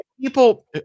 people